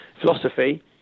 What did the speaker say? philosophy